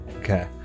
Okay